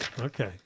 Okay